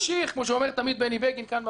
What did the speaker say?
כפי שאומר בני בגין כאן בוועדה,